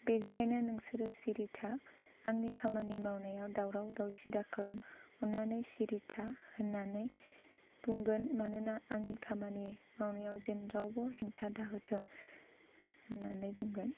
बेनिखायनो नोंसोरो सिरि था आंनि खामानि मावनायाव दावराव दावसि दाखालाम अननानै सिरिथा होननानै बुंगोन मानोना आंनि खामानि मावनायाव जेन रावबो हेंथा दा होथों होननानै बुंगोन